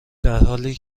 درحالی